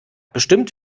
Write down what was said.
bestimmt